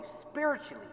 spiritually